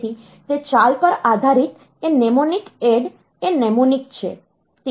તેથી તે ચાલ પર આધારિત એ નેમોનિક એડ એ નેમોનિક છે